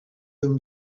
them